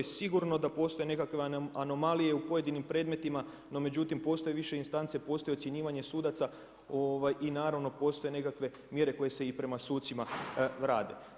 Sigurno da postoje nekakve anomalije u pojedinim predmetima, no međutim postoje više istance, postoji ocjenjivanje sudaca i naravno postoje nekakve mjere koje se i prema sucima rade.